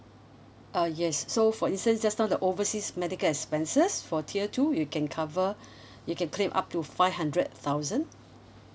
uh yes so for instance just now the overseas medical expenses for tier two you can cover you can claim up to five hundred thousand